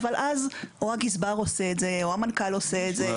אבל אז הגזבר עושה את זה או המנכ"ל עושה את זה.